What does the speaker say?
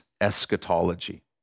eschatology